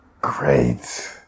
Great